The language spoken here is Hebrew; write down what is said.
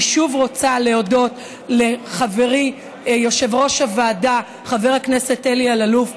אני שוב רוצה להודות לחברי יושב-ראש הוועדה חבר הכנסת אלי אלאלוף,